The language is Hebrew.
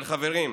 אבל חברים,